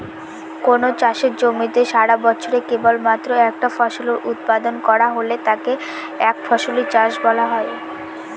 কোনো চাষের জমিতে সারাবছরে কেবলমাত্র একটা ফসলের উৎপাদন করা হলে তাকে একফসলি চাষ বলা হয়